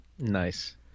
Nice